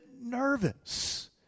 nervous